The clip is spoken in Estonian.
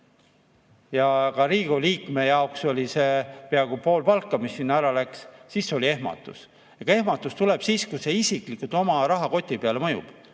Riigikogu liikme jaoks oli see peaaegu pool palka, mis sinna ära läks. Siis oli ehmatus. Ehmatus tuleb siis, kui see oma isikliku rahakoti peale mõjub.